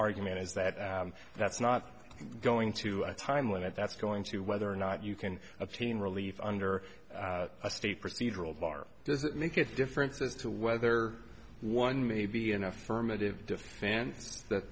argument is that that's not going to a time limit that's going to whether or not you can obtain relief under a state procedural bar does it make a difference as to whether one may be an affirmative defense that